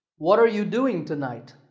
what are you doing tonight?